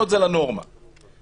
להוריד את סעיף (3).